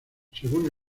según